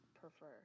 prefer